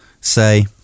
say